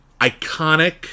iconic